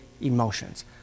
emotions